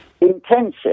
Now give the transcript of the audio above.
Intensive